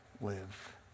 live